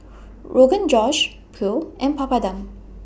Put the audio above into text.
Rogan Josh Pho and Papadum